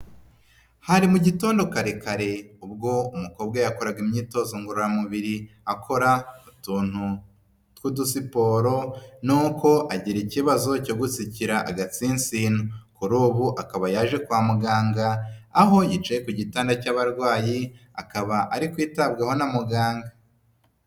Hari mu gitondo kare kare, ubwo umukobwa yakoraga imyitozo ngororamubiri, akora utuntu tw'udusiporo nuko agira ikibazo cyo gusikira agatsinsino. Kuri ubu akaba yaje kwa muganga, aho yicaye ku gitanda cy'abarwayi, akaba ari kwitabwaho na muganga.